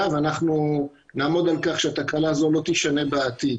ואנחנו נעמוד על כך שהתקנה הזאת לא תישנה בעתיד.